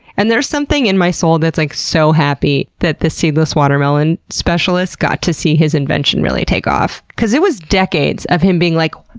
and there's something in my soul that's like so happy that the seedless watermelon specialist got to see his invention really take off, because it was decades of him being like,